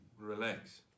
relax